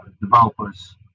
developers